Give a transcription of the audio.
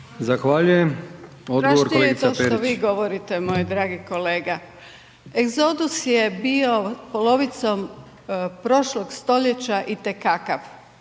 Zahvaljujem. Odgovor kolegica Perić. **Perić, Grozdana (HDZ)** Strašno je to što vi govorite moj dragi kolega. Egzodus je bio polovicom prošlog stoljeća i te kakav.